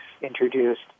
introduced